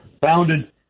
founded